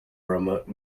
remote